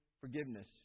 forgiveness